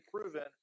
proven